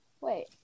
Wait